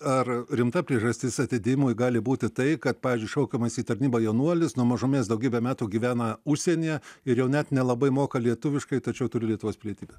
ar rimta priežastis atidėjimui gali būti tai kad pavyzdžiui šaukiamas į tarnybą jaunuolis nuo mažumės daugybę metų gyvena užsienyje ir jau net nelabai moka lietuviškai tačiau turi lietuvos pilietybę